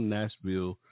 Nashville